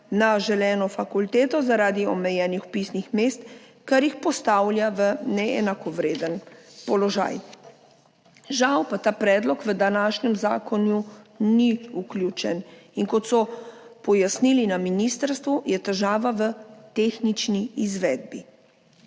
na želeno fakulteto zaradi omejenih vpisnih mest, kar jih postavlja v neenakovreden položaj. Žal pa ta predlog v današnji zakon ni vključen, in kot so pojasnili na ministrstvu, je težava v tehnični izvedbi.